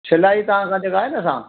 सिलाई तव्हांसां जेका आहे न असां